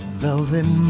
velvet